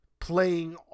playing